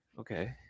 okay